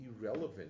irrelevant